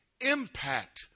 impact